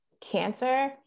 cancer